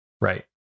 Right